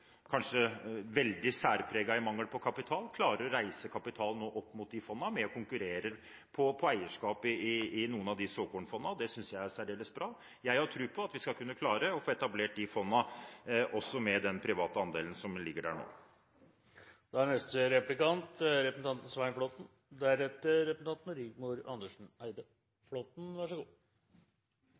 kanskje har vært veldig særpreget i mangel på kapital, nå klarer å reise kapital opp mot de fondene ved å konkurrere på eierskap i noen av såkornfondene. Det synes jeg er særdeles bra. Jeg har tro på at vi skal kunne klare å få etablert de fondene også med den private andelen som ligger der nå. Den store bekymringen i norsk næringsliv er